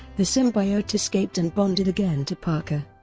the symbiote escaped and bonded again to parker,